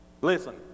listen